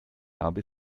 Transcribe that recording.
habe